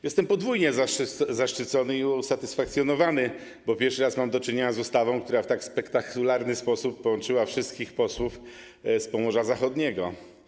Jestem podwójnie zaszczycony i usatysfakcjonowany, bo pierwszy raz mam do czynienia z ustawą, która w tak spektakularny sposób połączyła wszystkich posłów z Pomorza Zachodniego.